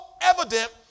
evident